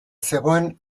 zegoen